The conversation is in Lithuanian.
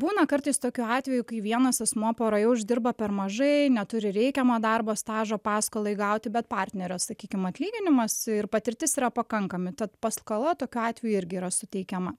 būna kartais tokių atvejų kai vienas asmuo poroje uždirba per mažai neturi reikiamo darbo stažo paskolai gauti bet partnerio sakykim atlyginimas ir patirtis yra pakankami tad paskola tokiu atveju irgi yra suteikiama